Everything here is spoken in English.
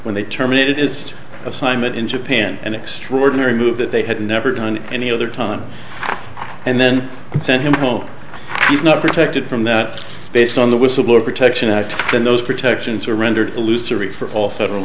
when they terminated is assignment in japan an extraordinary move that they had never done any other time and then sent him home he's not protected from that based on the whistleblower protection act and those protections are rendered illusory for all federal